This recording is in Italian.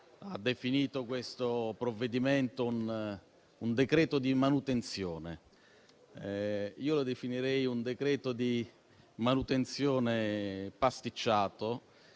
ha definito questo provvedimento un decreto di manutenzione. Io lo definirei un decreto di manutenzione pasticciato,